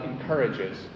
encourages